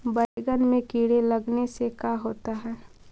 बैंगन में कीड़े लगने से का होता है?